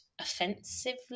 offensively